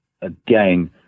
Again